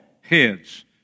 heads